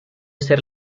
hacer